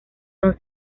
son